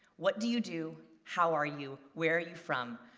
what do you do? how are you? where are you from?